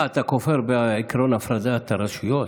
מה, אתה כופר בעקרון הפרדת הרשויות?